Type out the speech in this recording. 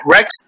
Rex